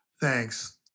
Thanks